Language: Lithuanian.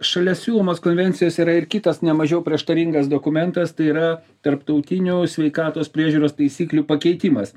šalia siūlomos konvencijos yra ir kitas nemažiau prieštaringas dokumentas tai yra tarptautinių sveikatos priežiūros taisyklių pakeitimas